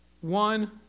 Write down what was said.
one